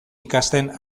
ikasten